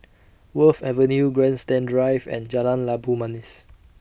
Wharf Avenue Grandstand Drive and Jalan Labu Manis